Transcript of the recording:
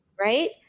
Right